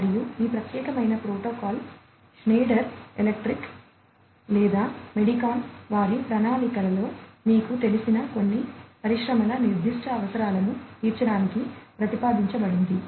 మరియు ఈ ప్రత్యేకమైన ప్రోటోకాల్ ష్నైడర్ ఎలక్ట్రిక్ లేదా మోడికాన్ వారి ప్రణాళికలలో మీకు తెలిసిన కొన్ని పరిశ్రమల నిర్దిష్ట అవసరాలను తీర్చడానికి ప్రతిపాదించబడింది